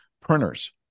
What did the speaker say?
printers